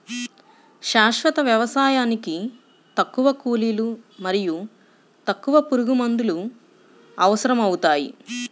శాశ్వత వ్యవసాయానికి తక్కువ కూలీలు మరియు తక్కువ పురుగుమందులు అవసరమవుతాయి